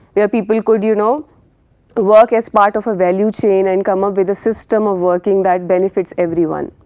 where people could you know work as part of a value chain and come up with a system of working that benefits everyone.